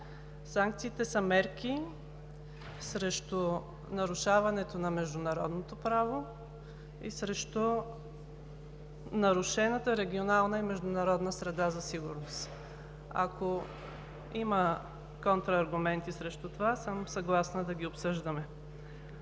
Санкциите са мерки срещу нарушаването на международното право и срещу нарушената регионална и международна среда за сигурност. Ако има контрааргументи срещу това, съм съгласна да ги обсъждаме.